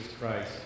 Christ